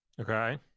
Okay